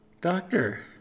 Doctor